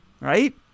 Right